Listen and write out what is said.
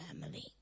family